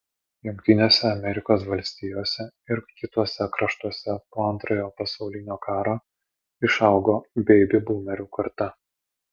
jungtinėse amerikos valstijose ir kituose kraštuose po antrojo pasaulinio karo išaugo beibi būmerių karta